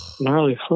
gnarly